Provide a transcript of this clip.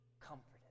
comforted